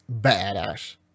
badass